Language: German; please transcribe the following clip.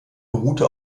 beruhte